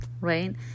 right